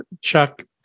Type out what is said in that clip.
Chuck